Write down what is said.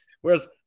Whereas